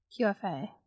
QFA